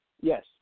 Yes